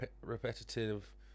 repetitive